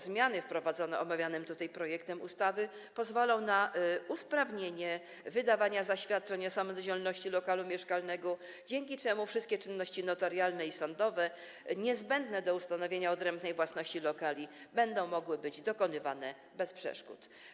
Zmiany wprowadzone omawianym tutaj projektem ustawy pozwolą na usprawnienie wydawania zaświadczeń o samodzielności lokalu mieszkalnego, dzięki czemu wszystkie czynności notarialne i sądowe niezbędne do ustanowienia odrębnej własności lokali będą mogły być dokonywane bez przeszkód.